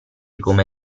come